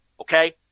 okay